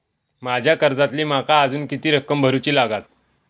माझ्या कर्जातली माका अजून किती रक्कम भरुची लागात?